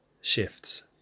shifts